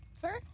Sir